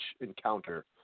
encounter